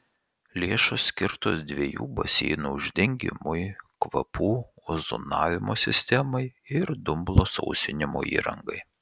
lėšos skirtos dviejų baseinų uždengimui kvapų ozonavimo sistemai ir dumblo sausinimo įrangai